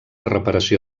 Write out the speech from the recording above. reparació